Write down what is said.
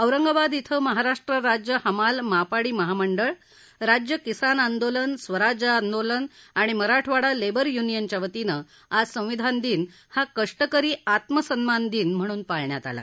औरंगाबाद इथं महाराष्ट्र राज्य हमाल मापाडी महामंडळ राज्य किसान आंदोलन स्वराज्य आंदोलन आणि मराठवाडा लेबर यूनियनच्या वतीनं आज संविधान दिन हा कष्टकरी आत्मसन्मान दिन म्हण्न पाळण्यात आला